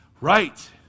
Right